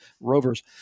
Rovers